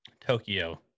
Tokyo